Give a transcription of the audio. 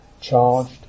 charged